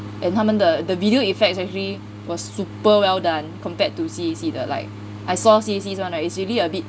and 他们的 the video effects actually was super well done compared to C_A_C 的 like I saw C_A_C's [one] right it's really a bit